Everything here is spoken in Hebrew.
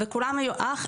וכולם יגידו אח,